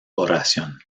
oración